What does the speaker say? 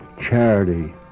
Charity